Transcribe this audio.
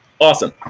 Awesome